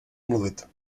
mluvit